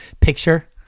picture